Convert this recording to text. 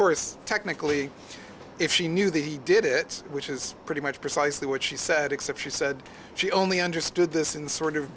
course technically if she knew that he did it which is pretty much precisely what she said except she said she only understood this in sort of